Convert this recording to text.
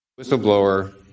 Whistleblower